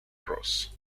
cross